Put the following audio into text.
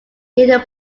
they